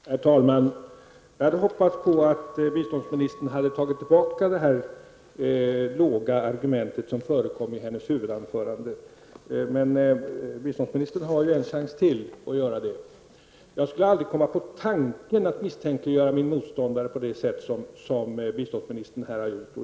Herr talman! Jag hade hoppats att biståndsministern skulle ta tillbaka det låga argument som förekom i hennes huvudanförande, men hon har ju en chans till att göra det. Jag skulle aldrig komma på tanken att misstänkliggöra min motståndare på det sätt som biståndsministern här har gjort.